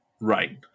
right